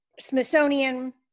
Smithsonian